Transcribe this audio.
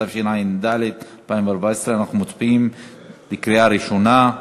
התשע"ד 2014. אנחנו מצביעים בקריאה ראשונה.